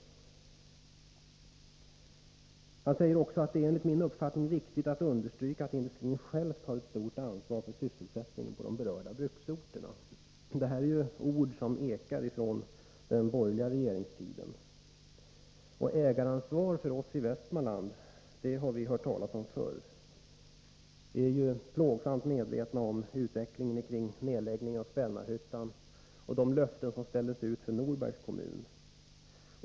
Industriministern säger också: ”Det är enligt min uppfattning viktigt att understryka att industrin själv har ett stort ansvar för sysselsättningen på de berörda bruksorterna.” Det här är ord som förefaller som ett eko från vad som sades under den borgerliga regeringstiden. Ägaransvar har ju vi i Västmanland hört talas om förr. Vi är plågsamt medvetna om utvecklingen i samband med nedläggningen av Spännarhyttan, liksom om de löften som ställdes ut för Norbergs kommun.